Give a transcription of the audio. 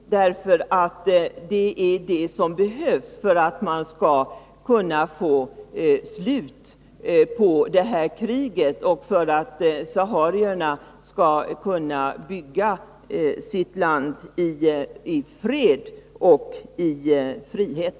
Det är vad som behövs för att få slut på kriget och för att saharierna skall kunna bygga sitt land i fred och i frihet.